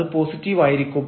അത് പോസിറ്റീവായിരിക്കും